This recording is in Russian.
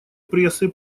прессы